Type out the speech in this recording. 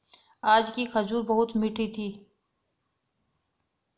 आज की खजूर बहुत मीठी थी